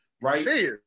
Right